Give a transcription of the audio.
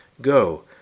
Go